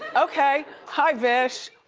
okay, hi, vish.